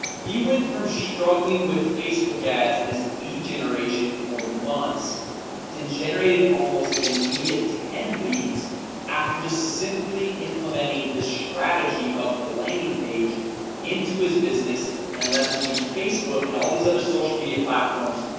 he went from struggling with facebook ads in his lead generation for months to generating almost immediate ten leads after just simply implementing this strategy of the landing page into his business and leveraging facebook and all these other social media platforms,